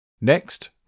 Next